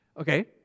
Okay